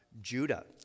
Judah